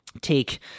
Take